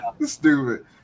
Stupid